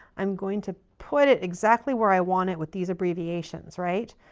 i'm going to put it exactly where i want it with these abbreviations, right?